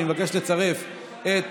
אני מבקש להוסיף על ההצבעה האלקטרונית